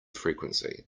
frequency